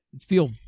feel